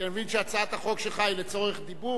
כי אני מבין שהצעת החוק שלך היא לצורך דיבור,